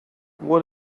what